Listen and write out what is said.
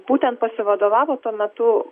būtent pasivadovavo tuo metu